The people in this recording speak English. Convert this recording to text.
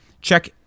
check